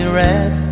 red